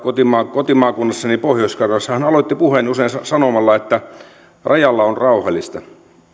kotimaakunnassani pohjois karjalassa aloitti puheen usein sanomalla että rajalla on rauhallista